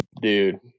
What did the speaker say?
dude